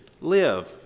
live